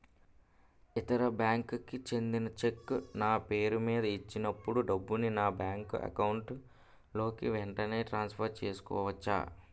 ఇతర బ్యాంక్ కి చెందిన చెక్ నా పేరుమీద ఇచ్చినప్పుడు డబ్బుని నా బ్యాంక్ అకౌంట్ లోక్ వెంటనే ట్రాన్సఫర్ చేసుకోవచ్చా?